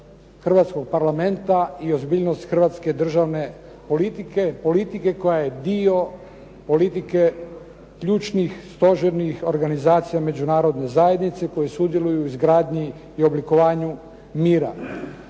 Hrvatskog parlamenta i ozbiljnost hrvatske državne politike koja je dio politike ključnih, stožernih organizacija međunarodne zajednice koji sudjeluju u izgradnji i oblikovanju mira.